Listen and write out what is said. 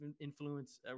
influence